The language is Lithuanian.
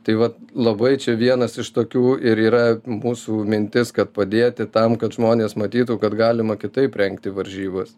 tai va labai čia vienas iš tokių ir yra mūsų mintis kad padėti tam kad žmonės matytų kad galima kitaip rengti varžybas